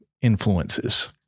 influences